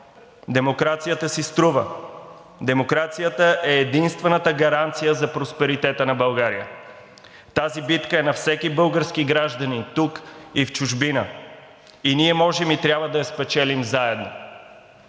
Демокрацията си струва. Демокрацията е единствената гаранция за просперитета на България. Тази битка е на всеки български гражданин тук и в чужбина и ние можем и трябва да я спечелим заедно.